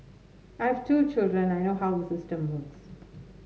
I have two children I know how the system works